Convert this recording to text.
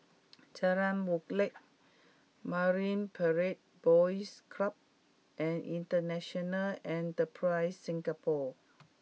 Jalan Molek Marine Parade Boys Club and International Enterprise Singapore